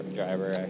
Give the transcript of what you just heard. driver